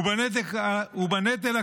ובנטל הכלכלי,